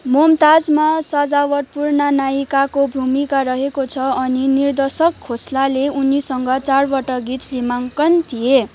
मुमताजमा सजावटपूर्ण नायिकाको भूमिका रहेको छ अनि निर्देशक खोस्लाले उनीसँग चारवटा गीत फिल्माङ्कन थिए